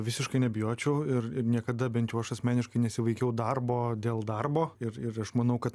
visiškai nebijočiau ir ir niekada bent jau aš asmeniškai nesivaikiau darbo dėl darbo ir ir aš manau kad